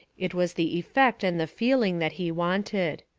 it was the effect and the feel ing that he wanted.